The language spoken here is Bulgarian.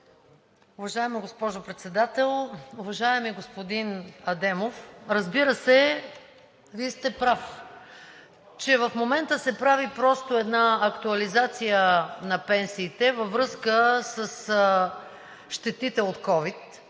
Уважаема госпожо Председател! Уважаеми господин Адемов, Вие сте прав, че в момента се прави просто една актуализация на пенсиите във връзка с щетите от ковид,